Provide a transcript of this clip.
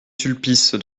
sulpice